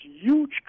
huge